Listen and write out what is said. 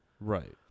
Right